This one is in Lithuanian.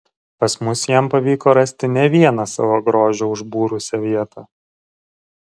pas mus jam pavyko rasti ne vieną savo grožiu užbūrusią vietą